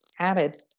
added